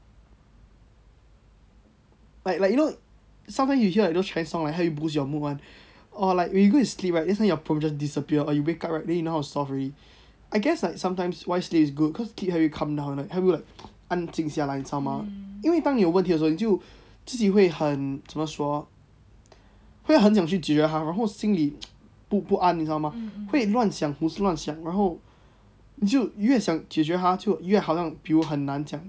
like like you know sometime you hear like those chinese song right how it boost your mood one or like when you go and sleep right then your potion disappear or you wake up right then you know how to solve already I guess like sometimes why sleep is good cause it keeps you calm down like help you like 安静下来你知道吗因为当你有问题的时候你就自己会很怎么说会很想去解决它然后心里不不安你知道吗会乱想胡思乱想然后就越想解决它就越好像比如很难这样